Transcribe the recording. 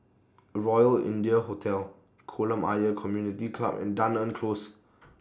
Royal India Hotel Kolam Ayer Community Club and Dunearn Close